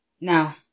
Now